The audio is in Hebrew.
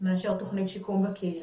מאשר תוכנית שיקום בקהילה.